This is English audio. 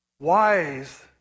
Wise